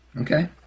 Okay